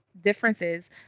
Differences